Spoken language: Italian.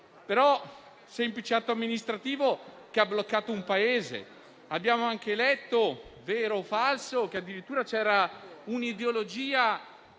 un semplice atto amministrativo, che però ha bloccato un Paese. Abbiamo anche letto - vero o falso che sia - che addirittura c'era un'ideologia